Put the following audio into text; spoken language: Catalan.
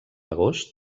agost